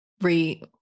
re